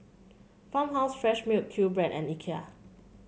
Farmhouse Fresh Milk QBread and Ikea